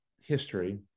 history